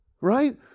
Right